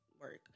work